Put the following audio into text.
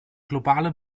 globale